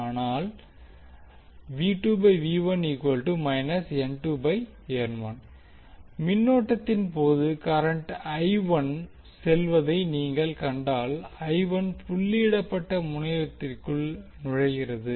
அதனால் மின்னோட்டத்தின் போது கரண்ட் செல்வதை நீங்கள் கண்டால் புள்ளியிடப்பட்ட முனையத்திற்குள் நுழைகிறது